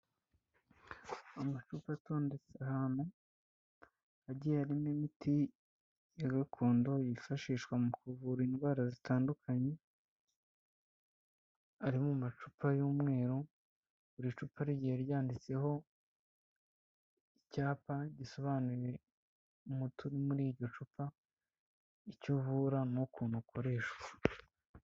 Amacupa atondetse ahantu agiye arimo imiti ya gakondo yifashishwa mu kuvura indwara zitandukanye. Ari mu macupa y'umweru buri cupa ri ryari ryanditseho icyapa gisobanuye umuti uri muri iryo cupa icyo uvura n'ukuntu ukoreshwa.